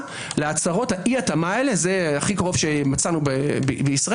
להצהרות אי ההתאמה האלה זה הכי קרוב שמצאנו בישראל